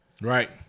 Right